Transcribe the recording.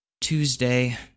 Tuesday